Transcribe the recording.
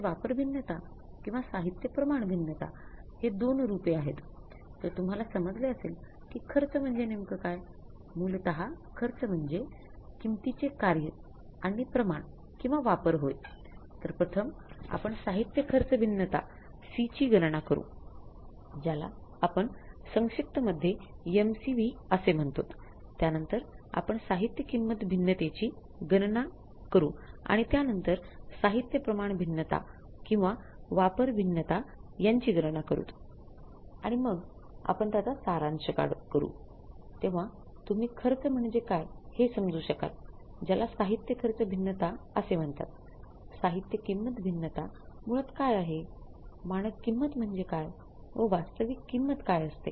आणि मग आपण त्याचा सारांश करू तेव्हा तुम्ही खर्च म्हणजे काय हे समजू शकाल ज्याला साहित्य खर्च भिन्नता काय असते